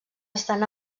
estan